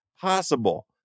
possible